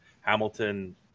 Hamilton